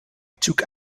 took